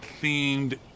themed